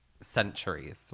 centuries